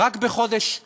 רק בחודש ינואר,